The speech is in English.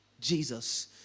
Jesus